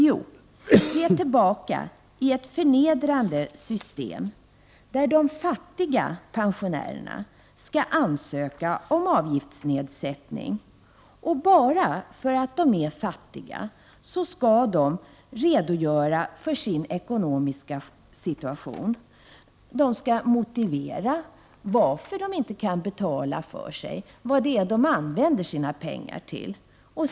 Jo, det blir återigen ett förnedrande system, som innebär att de fattiga pensionärerna måste ansöka om avgiftsnedsättning. Bara för att de är fattiga skall de redogöra för sin ekonomiska situation. De skall motivera varför de inte kan betala för sig. De skall också tala om vad de använder sina pengar till.